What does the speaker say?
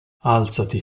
alzati